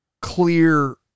clear